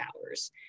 hours